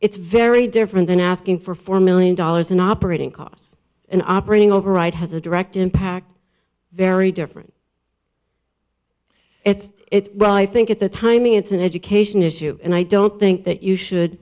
it's very different than asking for four million dollars in operating costs an operating override has a direct impact very different it's well i think it's a timing it's an education issue and i don't think that you should